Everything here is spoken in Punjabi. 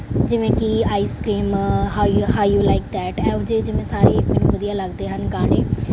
ਜਿਵੇਂ ਕਿ ਆਈਸ ਕਰੀਮ ਹਾਈ ਹਾਈਓ ਲਾਈਕ ਦੈਟ ਇਹੋ ਜਿਹੇ ਜਿਵੇਂ ਸਾਰੇ ਮੈਨੂੰ ਵਧੀਆ ਲੱਗਦੇ ਹਨ ਗਾਣੇ